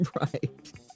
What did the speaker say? Right